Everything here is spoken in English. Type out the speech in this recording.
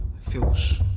Feels